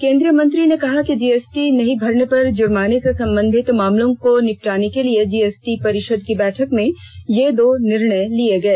केंद्रीय मंत्री ने कहा कि जीएसटी नहीं भरने पर जुर्माने से संबंधित मामलों को निपटाने के लिए जीएसटी परिषद की बैठक में ये दो निर्णय लिए गए